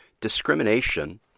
discrimination